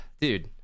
dude